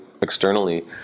externally